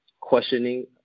questioning